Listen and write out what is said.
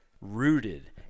rooted